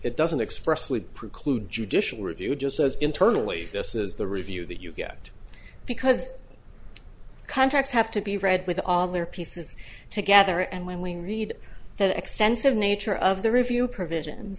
it doesn't express would preclude judicial review just says internally this is the review that you get because contracts have to be read with all their pieces together and when we read the extensive nature of the review provision